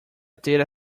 data